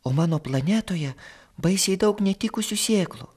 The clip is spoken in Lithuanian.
o mano planetoje baisiai daug netikusių sėklų